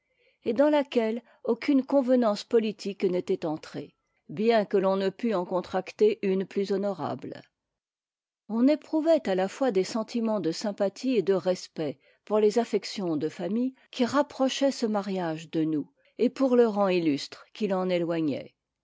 et dans laquelle aucune convenance politique n'était entrée bien que l'on ne pût en contracter une plus honorable on éprouvait à la fois des sentiments de sympathie et de respect pour les affections de famille qui rapprochaient ce mariage de nous et pour le rang illustre qui l'en éloignait